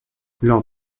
lors